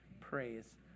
praise